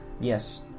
yes